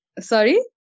Sorry